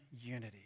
unity